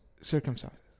circumstances